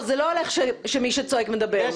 זה לא הולך שמי שצועק מדבר.